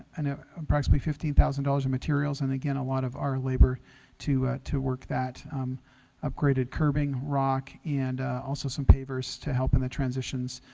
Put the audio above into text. and it approximately fifteen thousand dollars of materials and again a lot of our labor to to work that upgraded curbing rock and also some pavers to help in the transitions